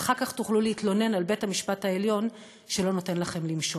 ואחר כך תוכלו להתלונן על בית-המשפט העליון שלא נותן לכם למשול.